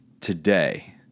today